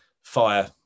fire